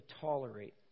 tolerate